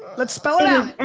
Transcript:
let's spell it out.